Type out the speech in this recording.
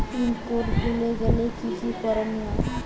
Pin code ভুলে গেলে কি কি করনিয়?